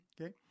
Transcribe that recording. okay